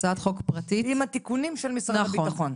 הצעת חוק פרטית --- עם התיקונים של משרד הביטחון.